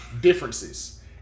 Differences